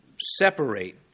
separate